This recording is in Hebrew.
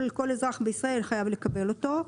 כל אזרח בישראל חייב לקבל אותו.